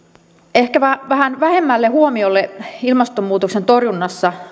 ehkäpä vähän vähemmälle huomiolle ilmastonmuutoksen torjunnassa